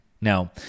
Now